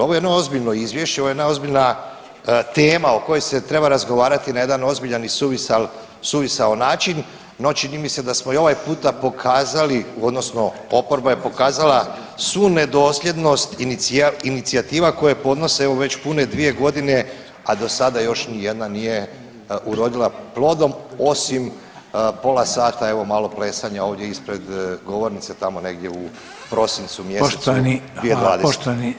Ovo je jedno ozbiljno izvješće, ovo je jedna ozbiljna tema o kojoj se treba razgovarati na jedan ozbiljan i suvisal, suvisao način, no čini mi se da smo i ovaj puta pokazali odnosno oporba je pokazala svu nedosljednost inicijativa koje podnose evo već pune 2.g., a do sada još nijedna nije urodila plodom osim pola sata evo malo plesanja ovdje ispred govornice tamo negdje u prosincu mjesecu 2020.